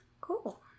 Cool